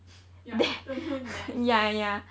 your afternoon nap